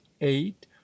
eight